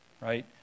right